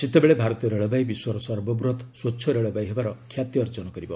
ସେତେବେଳେ ଭାରତୀୟ ରେଳବାଇ ବିଶ୍ୱର ସର୍ବବୃହତ ସ୍ପଚ୍ଛ ରେଳବାଇ ହେବାର ଖ୍ୟାତି ଅର୍ଜନ କରିବ